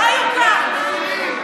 לא יוקם.